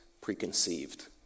preconceived